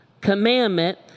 commandment